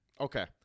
Okay